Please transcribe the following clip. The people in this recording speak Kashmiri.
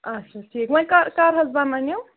اَچھا ٹھیٖک وۅنۍ کَر کَر حظ بَنن یِم